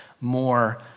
more